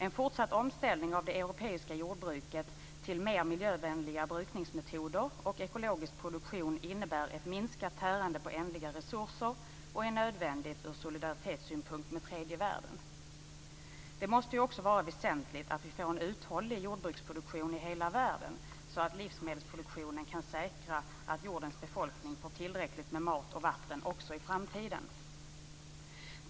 En fortsatt omställning av det europeiska jordbruket till mer miljövänliga brukningsmetoder och ekologisk produktion innebär ett minskat tärande på ändliga resurser och är nödvändigt ur solidaritetssynpunkt med tredje världen. Det måste ju också vara väsentligt att vi får en uthållig jordbruksproduktion i hela världen så att livsmedelsproduktionen kan säkra att jordens befolkning får tillräckligt med mat och vatten också i framtiden.